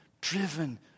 driven